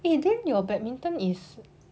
eh then your badminton is so~